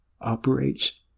operates